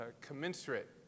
commensurate